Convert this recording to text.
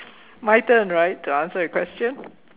my turn right to answer a question